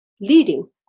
leading